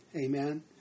Amen